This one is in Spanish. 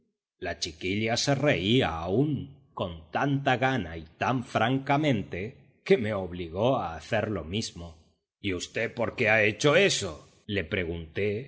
la chiquilla se reía aún con tanta gana y tan francamente que me obligó a hacer lo mismo y v por qué ha hecho eso le pregunté